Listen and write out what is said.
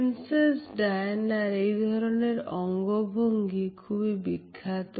princess ডায়ানার এই ধরনের অঙ্গভঙ্গি খুবই বিখ্যাত